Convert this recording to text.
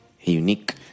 unique